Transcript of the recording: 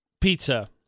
Pizza